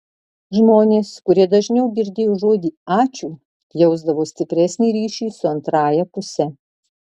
žmonės kurie dažniau girdėjo žodį ačiū jausdavo stipresnį ryšį su antrąja puse